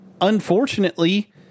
unfortunately